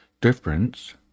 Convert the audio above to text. difference